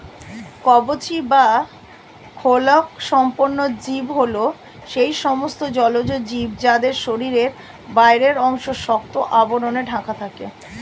কবচী বা খোলকসম্পন্ন জীব হল সেই সমস্ত জলজ জীব যাদের শরীরের বাইরের অংশ শক্ত আবরণে ঢাকা থাকে